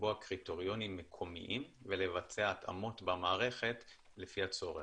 לקבוע קריטריונים מקומיים ולבצע התאמות במערכת לפי הצורך.